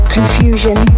Confusion